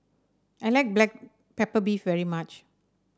I like Black Pepper Beef very much